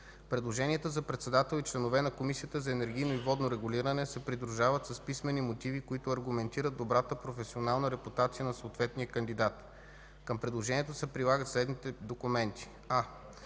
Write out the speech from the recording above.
Предложенията за председател и членове на Комисията за енергийно и водно регулиране се придружават с писмени мотиви, които аргументират добрата професионална репутация на съответния кандидат. Към предложението се прилагат следните документи: